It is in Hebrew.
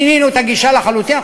שינינו את הגישה לחלוטין,